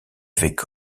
avec